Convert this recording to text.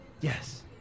yes